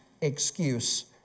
excuse